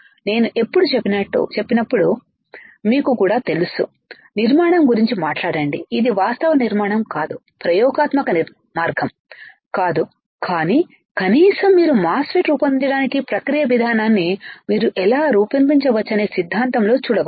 నేను ఎప్పుడు చెప్పినప్పుడు మీకు కూడా తెలుసు నిర్మాణం గురించి మాట్లాడండి ఇది వాస్తవ నిర్మాణం కాదు ప్రయోగాత్మక మార్గం కాదు కానీ కనీసం మీరు మాస్ ఫెట్ రూపొందించడానికి ప్రక్రియ విధానాన్ని మీరు ఎలా రూపొందించ వచ్చనే సిద్ధాంతంలో చూడవచ్చు